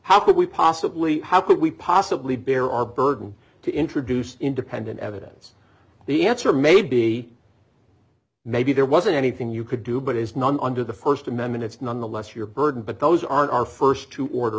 how could we possibly how could we possibly bear our burden to introduce independent evidence the answer may be maybe there wasn't anything you could do but as none under the st amendment it's nonetheless your burden but those aren't our st to order